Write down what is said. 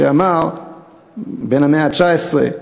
בן המאה ה-19,